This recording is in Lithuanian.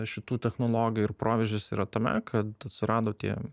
šitų technologai ir proveržis yra tame kad atsirado tie